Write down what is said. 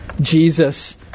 Jesus